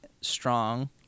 strong